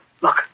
look